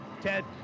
Ted